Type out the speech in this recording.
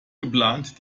geplant